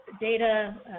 data